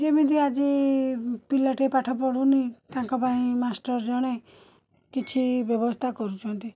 ଯେମିତି ଆଜି ପିଲାଟି ପାଠପଢ଼ୁନି ତାଙ୍କପାଇଁ ମାଷ୍ଟର ଜଣେ କିଛି ବ୍ୟବସ୍ଥା କରୁଛନ୍ତି